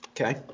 Okay